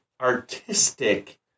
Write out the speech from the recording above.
artistic